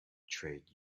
trade